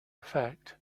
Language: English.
effect